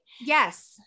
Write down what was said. Yes